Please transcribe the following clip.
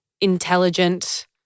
intelligent